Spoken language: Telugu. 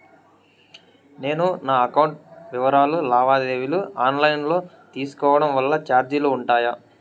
నేను నా అకౌంట్ వివరాలు లావాదేవీలు ఆన్ లైను లో తీసుకోవడం వల్ల చార్జీలు ఉంటాయా?